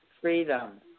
freedom